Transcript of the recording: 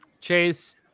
Chase